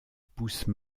pousse